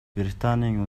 британийн